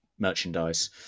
merchandise